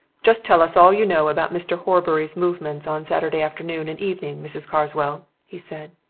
just tell us all you know about mr. horbury's movements on saturday afternoon and evening, mrs. carswell, he said.